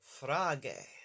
frage